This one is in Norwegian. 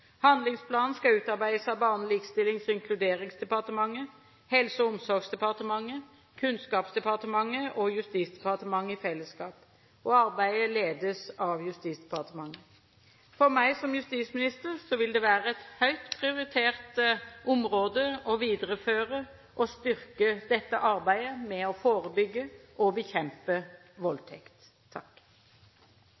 Handlingsplanen skal utarbeides av Barne-, likestillings- og inkluderingsdepartementet, Helse- og omsorgsdepartementet, Kunnskapsdepartementet og Justisdepartementet i fellesskap. Arbeidet ledes av Justisdepartementet. For meg som justisminister vil det være et høyt prioritert område å videreføre og styrke arbeidet med å forebygge og bekjempe